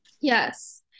Yes